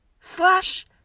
Slash